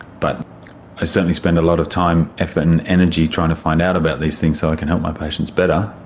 but i certainly spend a lot of time, effort and energy trying to find out about these things so i can help my patients better,